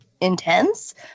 intense